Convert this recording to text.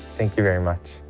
thank you very muc